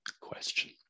question